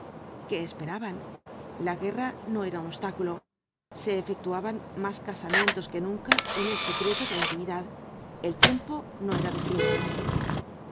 qué esperaban la guerra no era un obstáculo se efectuaban más casamientos que nunca en el secreto de la intimidad el tiempo no era de fiestas